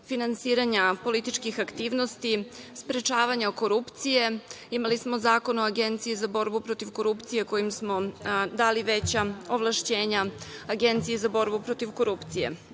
finansiranja političkih aktivnosti, sprečavanja korupcije, imali smo Zakon o Agenciji za borbu protiv korupcije kojim smo dali veća ovlašćenja Agenciji za borbu protiv korupcije. Srpska